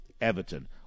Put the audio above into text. Everton